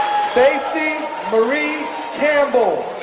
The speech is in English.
stacy marie campbell,